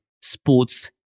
sports